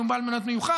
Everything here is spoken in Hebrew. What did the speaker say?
אם הוא בעל מניות מיוחד.